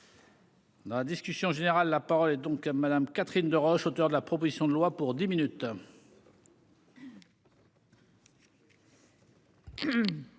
Dans la discussion générale. La parole est donc à Madame, Catherine Deroche, auteur de la proposition de loi pour 10 minutes.